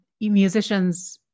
musicians